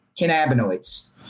cannabinoids